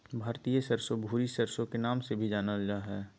भारतीय सरसो, भूरी सरसो के नाम से भी जानल जा हय